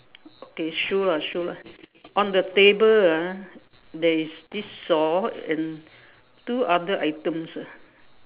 okay shoe lah shoe lah on the table ah there is this saw and two other items ah